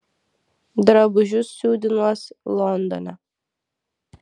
drabužius siūdinuos londone